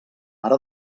ara